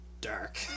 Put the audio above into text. Dark